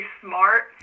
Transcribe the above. smart